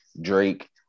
Drake